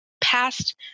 past